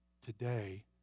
today